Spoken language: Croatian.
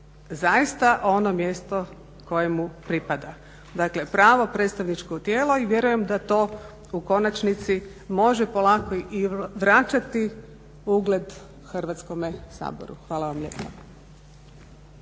zaista ono mjesto koje mu pripada, dakle pravo predstavničko tijelo i vjerujem da to u konačnici može polako i vraćati ugled Hrvatskome saboru. Hvala vam lijepa.